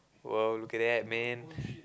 !wow! look at that man